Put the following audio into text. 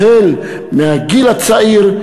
מהגיל הצעיר,